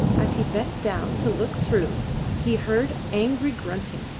as he bent down to look through he heard angry grunting,